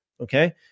okay